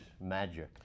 Magic